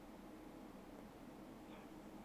well I think you can you can use the the